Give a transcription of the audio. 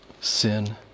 sin